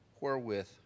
wherewith